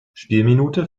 spielminute